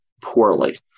poorly